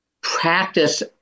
practice